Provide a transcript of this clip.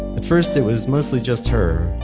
at first, it was mostly just her.